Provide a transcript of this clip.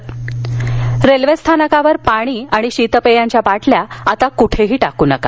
railway railway स्थानकावर पाणी आणि शीतपेयांच्या बाटल्या आता कुठेही टाकू नका